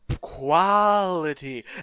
quality